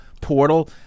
portal